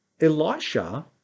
Elisha